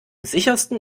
sichersten